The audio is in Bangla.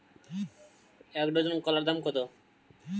এক ডজন কলার দাম কত?